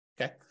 Okay